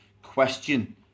question